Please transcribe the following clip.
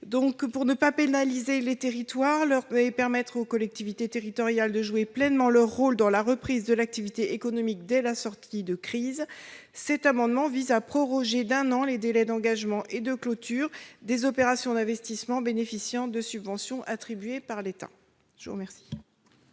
pour ne pas pénaliser les territoires et permettre aux collectivités territoriales de jouer pleinement leur rôle dans la reprise de l'activité économique dès la sortie de crise, il convient de proroger d'un an les délais d'engagement et de clôture des opérations d'investissement bénéficiant de subventions d'État.